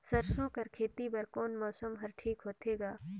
सरसो कर खेती बर कोन मौसम हर ठीक होथे ग?